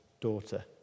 daughter